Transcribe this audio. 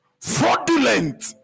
fraudulent